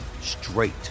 straight